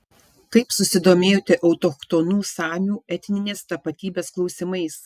kaip susidomėjote autochtonų samių etninės tapatybės klausimais